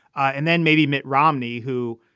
and then maybe mitt romney, who,